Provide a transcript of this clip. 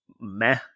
meh